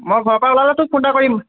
মই ঘৰৰপৰা ওলালে তোক ফোন এটা কৰিম